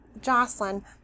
Jocelyn